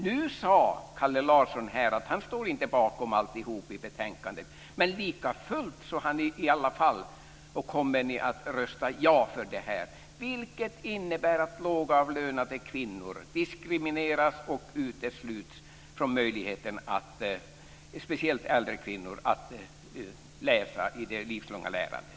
Nu sade Kalle Larsson här att han inte står bakom alltihop i betänkandet. Men likafullt kommer ni i alla fall att rösta ja för det. Det innebär att lågavlönade kvinnor, och speciellt äldre kvinnor, diskrimineras och utesluts från möjligheten att läsa i det livslånga lärandet.